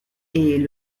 est